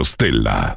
Stella